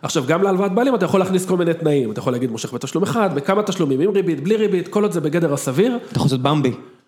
עכשיו גם להלוואת בעלים אתה יכול להכניס כל מיני תנאים, אתה יכול להגיד מושך בתשלום אחד כמה תשלומים עם ריבית, בלי ריבית, כל עוד זה בגדר הסביר. אתה יכול לעשות בוודינג